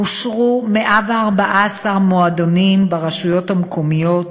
אושרו 114 מועדונים ברשויות המקומיות,